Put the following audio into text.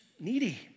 needy